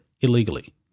illegally